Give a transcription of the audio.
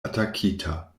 atakita